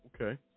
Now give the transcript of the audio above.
Okay